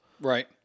Right